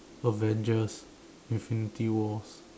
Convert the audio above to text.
Avengers infinity wars